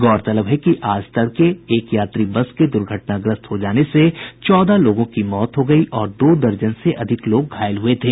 गौरतलब है कि आज तड़के एक यात्री बस के दुर्घटनाग्रस्त हो जाने से चौदह लोगों की मौत हो गयी और दो दर्जन से अधिक लोग घायल हुए थे